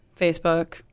Facebook